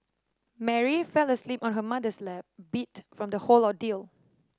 Mary fell asleep on her mother's lap beat from the whole ordeal